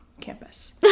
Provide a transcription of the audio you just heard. campus